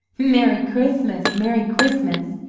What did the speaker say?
merry christmas! merry christmas!